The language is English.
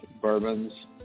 bourbons